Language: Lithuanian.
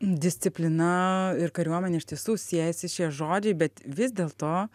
disciplina ir kariuomenė iš tiesų siejasi šie žodžiai bet vis dėlto